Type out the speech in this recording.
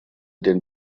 den